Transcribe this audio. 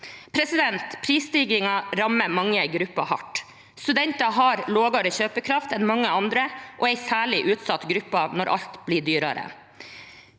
skiftet. Prisstigningen rammer mange grupper hardt. Studenter har lavere kjøpekraft enn mange andre og er en særlig utsatt gruppe når alt blir dyrere.